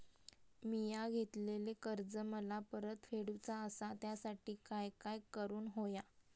मिया घेतलेले कर्ज मला परत फेडूचा असा त्यासाठी काय काय करून होया?